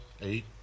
Eight